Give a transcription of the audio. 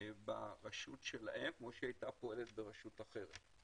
ברשותם כפי שהיתה פועלת ברשות אחרת.